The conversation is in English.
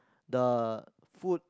the food